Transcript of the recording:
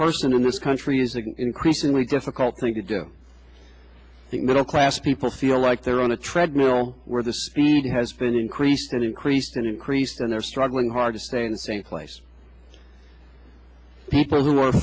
person in this country is an increasingly difficult thing to do that middle class people feel like they're on a treadmill where the speed has been increased and increased and increased and they're struggling hard to stay in the same place people who are